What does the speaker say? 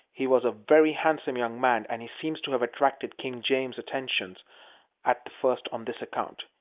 he was a very handsome young man, and he seems to have attracted king james's attention at first on this account.